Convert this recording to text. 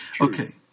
Okay